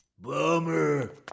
Bummer